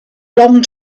long